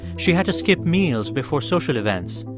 she had to skip meals before social events.